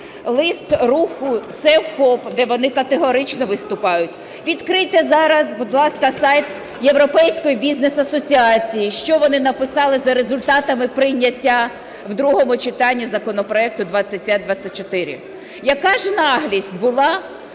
Лист руху "Save ФОП", де вони категорично виступають. Відкрийте зараз, будь ласка, сайт Європейської Бізнес Асоціації, що вони написали за результатами прийняття в другому читанні законопроекту 2524. Яка ж наглість була